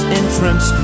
entrance